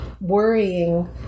worrying